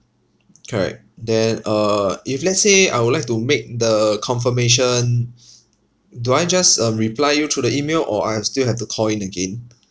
correct then uh if let's say I would like to make the confirmation do I just um reply you through the email or I have still have to call in again